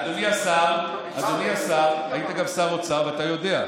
אדוני השר, היית גם שר אוצר, ואתה יודע: